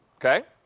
okay.